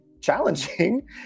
challenging